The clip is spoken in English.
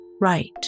right